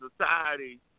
society